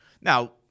Now